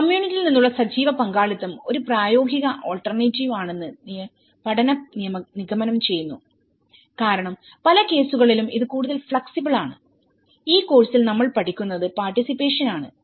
കമ്മ്യൂണിറ്റിയിൽ നിന്നുള്ള സജീവ പങ്കാളിത്തം ഒരു പ്രായോഗിക ആൾട്ടർനേറ്റീവ് ആണെന്ന് പഠനം നിഗമനം ചെയ്യുന്നു കാരണംപല കേസുകളിലും ഇത് കൂടുതൽ ഫ്ലെക്സിബിൾ ആണ് ഈ കോഴ്സിൽ നമ്മൾ പഠിക്കുന്നത് പാർട്ടിസിപ്പേഷൻ ആണ്